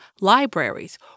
libraries